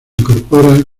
incorpora